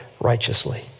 righteously